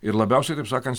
ir labiausiai kaip sakant